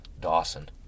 Dawson